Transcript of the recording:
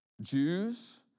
Jews